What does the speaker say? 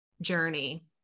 journey